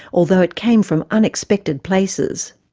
although it came from unexpected places.